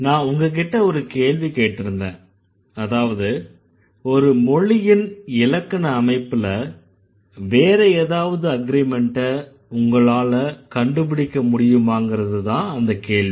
நான் உங்ககிட்ட ஒரு கேள்வி கேட்டிருந்தேன் அதாவது ஒரு மொழியின் இலக்கண அமைப்புல வேற ஏதாவது அக்ரிமென்ட்ட உங்களால கண்டுபிடிக்க முடியுமாங்கறதுதான் அந்தக் கேள்வி